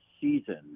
season